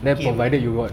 okay [what]